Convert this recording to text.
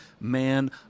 man